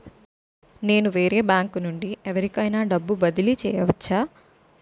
నేను వేరే బ్యాంకు నుండి ఎవరికైనా డబ్బు బదిలీ చేయవచ్చా?